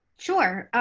sure.